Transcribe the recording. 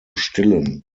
stillen